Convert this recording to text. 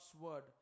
word